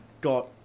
got